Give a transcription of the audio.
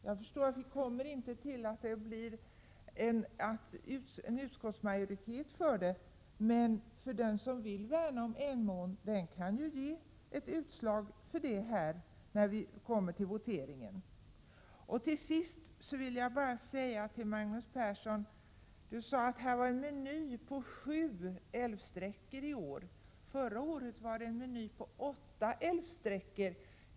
Jag förstår att vi inte kan komma fram till en riksdagsmajoritet för reservationen, men den som vill värna om Emån kan ge uttryck för detta, när vi kommer till votering. Magnus Persson sade att vi hade en meny på sju älvsträckor i år. Förra året upptog menyn åtta älvsträckor.